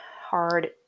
hard